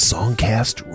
Songcast